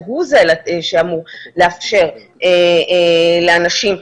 הוא זה שאמור לאפשר לאנשים,